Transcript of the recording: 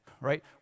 right